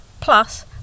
Plus